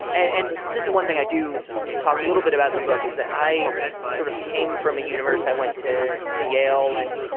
and and this is one thing i do talk a little bit about in the book, is that i sort of came from a universe i went to to yale and,